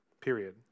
period